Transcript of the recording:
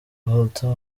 walter